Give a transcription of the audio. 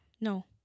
No